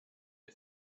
the